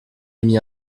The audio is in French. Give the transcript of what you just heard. ami